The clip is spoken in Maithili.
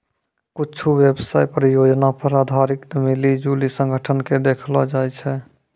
कुच्छु व्यवसाय परियोजना पर आधारित मिली जुली संगठन के देखैलो जाय छै